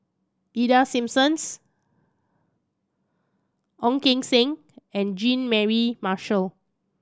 Ida Simmons Ong Keng Sen and Jean Mary Marshall